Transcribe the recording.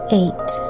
eight